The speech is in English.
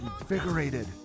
invigorated